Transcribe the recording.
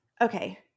Okay